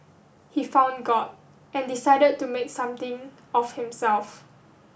he found God and decided to make something of himself